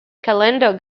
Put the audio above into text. calendar